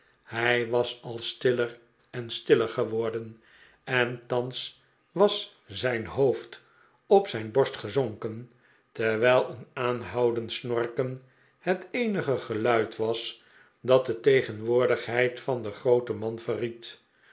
hij was al stiller en stiller geworden en thans was zijn hoofd op zijn borst gezonken terwijl een aanhoudend snorken het eenige geluid was dat de tegenwoordigheid van den grooten man